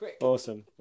Awesome